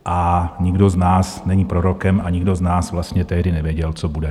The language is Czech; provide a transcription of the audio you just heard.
A nikdo z nás není prorokem a nikdo z nás vlastně tehdy nevěděl, co bude.